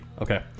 okay